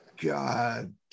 God